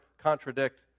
contradict